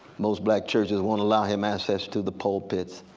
most black churches won't allow him access to the pulpits.